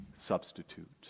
substitute